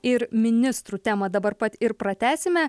ir ministrų temą dabar pat ir pratęsime